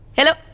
Hello